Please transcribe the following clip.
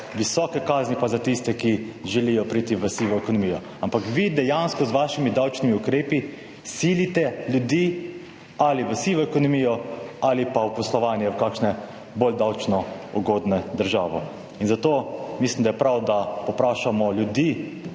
visoke kazni pa za tiste, ki želijo priti v sivo ekonomijo. Ampak vi dejansko z vašimi davčnimi ukrepi silite ljudi ali v sivo ekonomijo ali pa v poslovanje v kakšne bolj davčno ugodne državo. In zato mislim, da je prav, da povprašamo ljudi